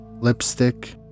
lipstick